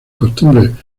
costumbres